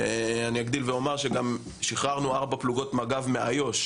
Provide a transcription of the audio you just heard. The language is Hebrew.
אגדיל ואומר שגם שחררנו ארבע פלוגות מג"ב מאיו"ש